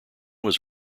was